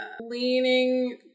Leaning